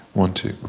one two.